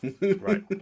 Right